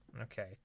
Okay